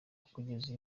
kugeza